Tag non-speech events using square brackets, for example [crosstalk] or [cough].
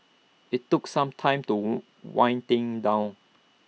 IT took some time [unintelligible] wind things down